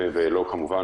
מספיקים